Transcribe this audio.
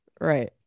Right